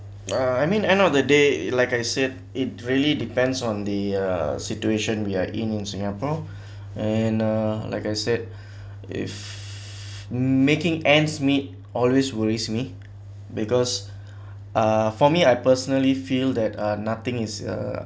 uh I mean end of the day like I said it really depends on the uh situation we are in in singapore and uh like I said if making ends meet always worries me because uh for me I personally feel that uh nothing is uh